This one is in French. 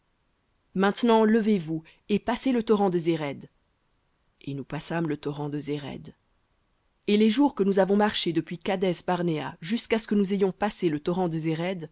maintenant levez-vous et passez le torrent de zéred et nous passâmes le torrent de zéred v ou et les jours que nous avons marché depuis kadès barnéa jusqu'à ce que nous ayons passé le torrent de